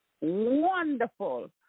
wonderful